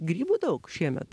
grybų daug šiemet